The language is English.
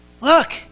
look